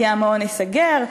כי המעון ייסגר,